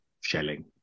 shelling